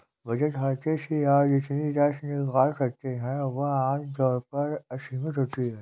बचत खाते से आप जितनी राशि निकाल सकते हैं वह आम तौर पर असीमित होती है